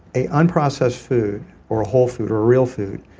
a unprocessed food or whole food or real food,